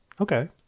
Okay